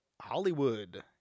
Hollywood